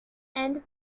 and